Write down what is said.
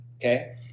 Okay